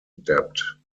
debt